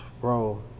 Bro